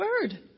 bird